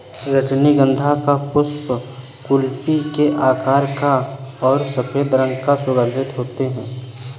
रजनीगंधा का पुष्प कुप्पी के आकार का और सफेद रंग का सुगन्धित होते हैं